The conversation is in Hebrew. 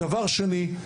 דבר שני,